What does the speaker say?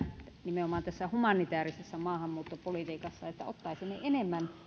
nimenomaan tässä humanitäärisessä maahanmuuttopolitiikassa että ottaisimme enemmän